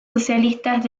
socialistas